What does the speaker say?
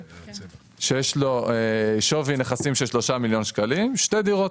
יש לו שווי נכסים של כ-3 מיליון ₪; שתי דירות,